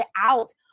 out